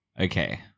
Okay